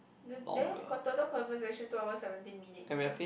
the there it's got total conversation two hour seventeen minutes though